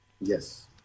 yes